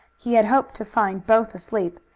he had hoped to find both asleep,